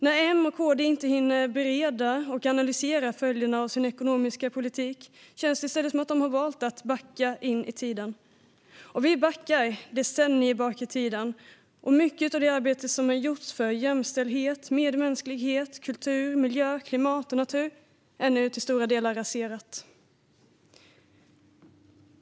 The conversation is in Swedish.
När M och KD inte hinner bereda och analysera följderna av sin ekonomiska politik känns det som om de i stället har valt att backa i tiden. Vi backar decennier bakåt i tiden, och mycket av det arbete som har gjorts för jämställdhet, medmänsklighet, kultur, miljö, klimat och natur är nu till stora delar raserat.